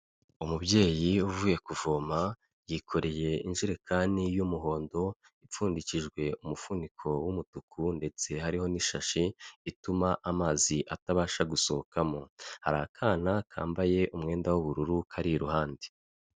Umubyeyi uvuye kuvoma yikoreye injerekani y'umuhondo ipfundikijwe umufuniko w'umutuku ndetse hariho n'ishashi ituma amazi atabasha gusohokamo, hari akana kambaye umwenda w'ubururu kari iruhande.